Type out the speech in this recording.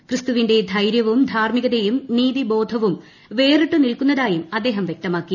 ക്രിസ്തുവിന്റെ ധൈര്യവും ധാർമികതയും നീതിബോധവും വേറിട്ടു നിൽക്കുന്നതായും അദ്ദേഹം വൃക്തമാക്കി